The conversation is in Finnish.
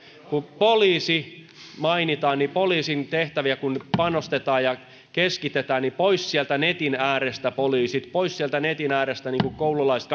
kun poliisi mainitaan niin kun poliisin tehtäviin panostetaan ja keskitetään niin poliisit pois sieltä netin äärestä pois sieltä netin äärestä niin kuin koululaiset